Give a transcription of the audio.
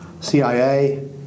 CIA